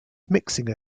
mixing